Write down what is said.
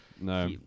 no